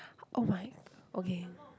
oh my okay